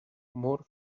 more